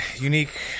unique